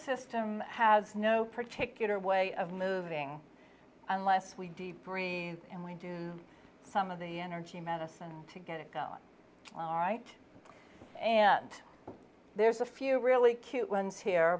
system has no particular way of moving unless we deep breathe and we do some of the energy medicine to get it done right and there's a few really cute ones here